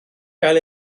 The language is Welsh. gael